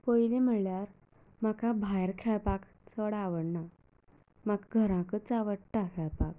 पयलीं म्हणल्यार म्हाका भायर खेळपाक चड आवडना म्हाका घराकच आवडटा खेळपाक